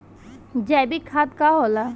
जैवीक खाद का होला?